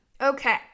Okay